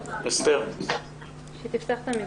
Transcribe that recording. קודם כל,